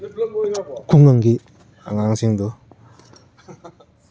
ꯈꯨꯡꯒꯪꯒꯤ ꯑꯉꯥꯡꯁꯤꯡꯗꯨ